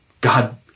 God